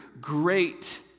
Great